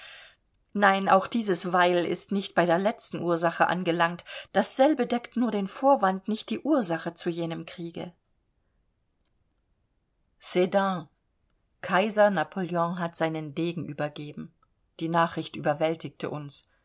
nein auch dieses weil ist nicht bei der letzten ursache angelangt dasselbe deckt nur den vorwand nicht die ursache zu jenem kriege sedan kaiser napoleon hat seinen degen übergeben die nachricht überwältigte uns